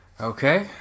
Okay